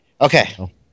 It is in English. Okay